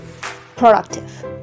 productive